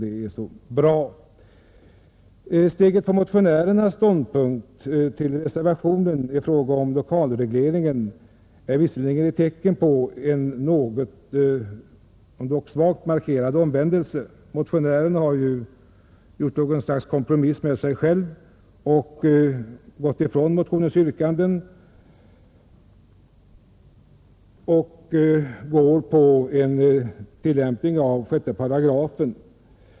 Det steg som tagits från motionärernas till reservanternas ståndpunkt i fråga om lokalregleringen visar dock en omvändelse, om än svagt markerad. Motionärerna har gjort något slags kompromiss med sig själva och gått ifrån motionsyrkandet; de vill ha en tillämpning av 6 8 i hyreslagen.